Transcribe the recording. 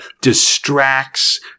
distracts